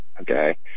okay